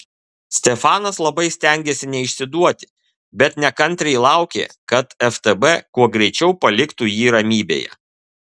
stefanas labai stengėsi neišsiduoti bet nekantriai laukė kad ftb kuo greičiau paliktų jį ramybėje